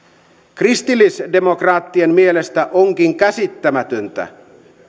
kristillisdemokraattien mielestä onkin käsittämätöntä